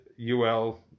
UL